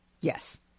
Yes